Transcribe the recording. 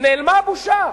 נעלמה הבושה,